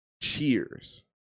cheers